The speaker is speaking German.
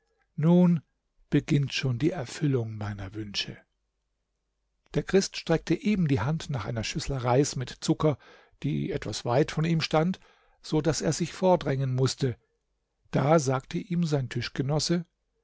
nun beginnt schon die erfüllung meiner wünsche der christ streckte eben die hand nach einer schüssel reis mit zucker die etwas weit von ihm stand so daß er sich vordrängen mußte da sagte ihm sein